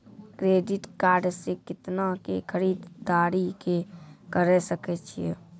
Credit card से कितना के खरीददारी करे सकय छियै?